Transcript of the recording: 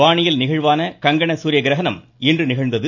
வானியல் நிகழ்வான கங்கண சூரிய கிரகணம் இன்று நிகழ்ந்தது